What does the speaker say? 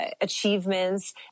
achievements